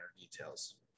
details